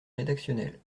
rédactionnel